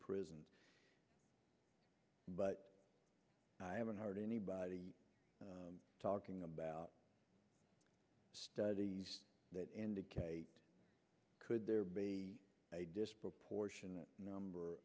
prison but i haven't heard anybody talking about studies that indicate could there be a disproportionate number